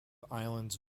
islands